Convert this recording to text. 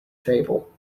table